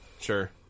sure